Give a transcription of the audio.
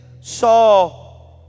saw